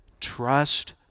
trust